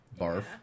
Barf